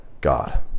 God